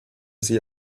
sie